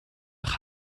nach